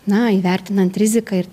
na įvertinant riziką ir